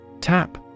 Tap